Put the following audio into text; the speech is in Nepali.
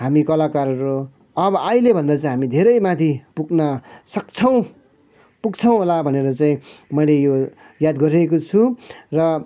हामी कलाकारहरू अब अहिले भन्दा चाहिँ हामी धेरै माथि पुग्न सक्छौँ पुग्छौँ होला भनेर चाहिँ मैले यो याद गरिरहेको छु र